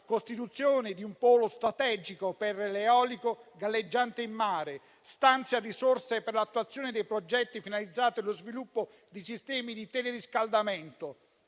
costituzione di un polo strategico per l'eolico galleggiante in mare; stanzia risorse per l'attuazione dei progetti finalizzati allo sviluppo di sistemi di teleriscaldamento;